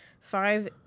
five